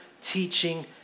teaching